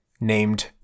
named